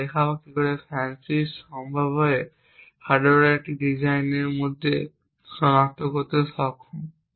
এবং আমরা দেখাব কিভাবে FANCI সম্ভাব্যভাবে হার্ডওয়্যারের একটি ডিজাইনের মধ্যে অবস্থান সনাক্ত করতে সক্ষম